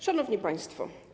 Szanowni Państwo!